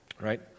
right